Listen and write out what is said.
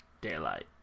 Daylight